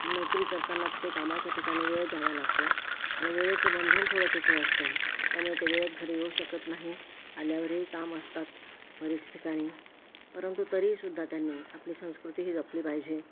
नोकरी करताना तिथे कामाच्या ठिकाणी वेळ द्यावा लागतो आणि वेळेचं बंधन थोडं तिथे असतं त्यामुळे ते वेळेत घरी येऊ शकत नाही आल्यावरही काम असतात बरेच ठिकाणी परंतु तरीसुद्धा त्यांनी आपली संस्कृती ही जपली पाहिजे